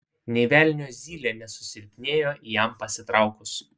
nė velnio zylė nesusilpnėjo jam pasitraukus